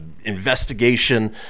investigation